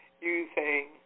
using